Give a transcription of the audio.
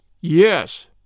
Yes